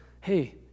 hey